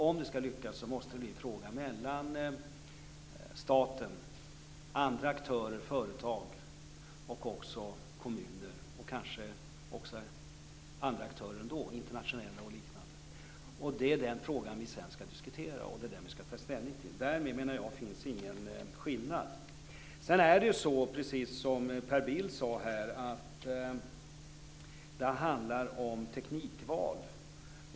Om det skall lyckas måste det bli en fråga mellan staten och andra aktörer, företag och även kommuner och kanske också internationella aktörer. Det är den frågan vi sedan skall diskutera och det är den vi skall ta ställning till. Därmed menar jag att det inte finns någon skillnad. Precis som Per Bill sade handlar det om teknikval.